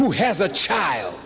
who has a child